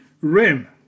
rim